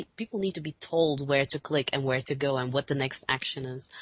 people need to be told where to click and where to go and what the next action is.